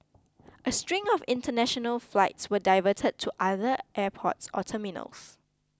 a string of international flights were diverted to other airports or terminals